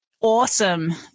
awesome